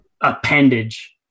appendage